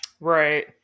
Right